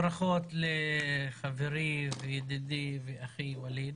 ברכות לחברי וידידי ואחי ווליד,